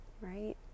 right